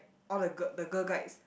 all the gi~ the girl guides